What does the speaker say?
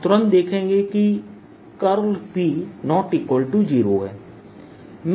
आप तुरंत देखेंगे कि P0 है